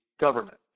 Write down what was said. government